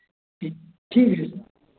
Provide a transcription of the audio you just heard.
जी ठीक है